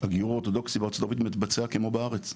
הגיור האורתודוקסי בארצות הברית מתבצע כמו בארץ.